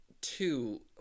two